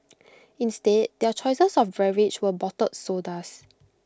instead their choices of beverage were bottled sodas